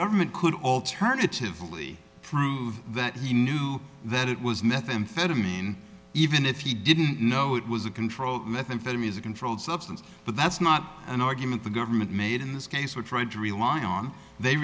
ever met could alternatively prove that he knew that it was methamphetamine even if he didn't know it was a controlled methamphetamine is a controlled substance but that's not an argument the government made in this case or tried to rely on they